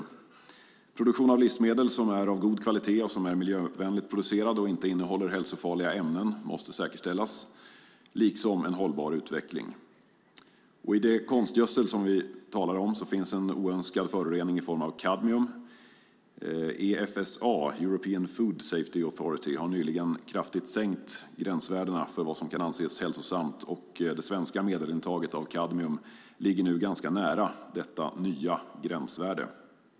Miljövänlig produktion av livsmedel som är av god kvalitet och inte innehåller hälsofarliga ämnen måste säkerställas liksom en hållbar utveckling. I de konstgödsel som vi talar om finns en oönskad förorening i form av kadmium. Efsa, European Food Safety Authority, har nyligen kraftigt sänkt gränsvärdena för vad som kan anses hälsosamt, och det svenska medelintaget av kadmium ligger nu ganska nära detta nya gränsvärde.